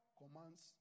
commands